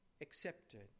accepted